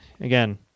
again